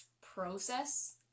process